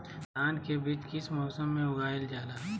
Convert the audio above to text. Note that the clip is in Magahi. धान के बीज किस मौसम में उगाईल जाला?